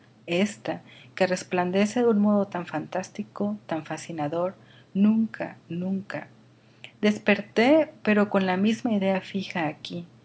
ésta que resplandece de un modo tan fantástico tan fascinador nunca nunca desperté pero con la misma idea fija aquí